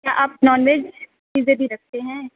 کیا آپ non veg چیزیں بھی رکھتے ہیں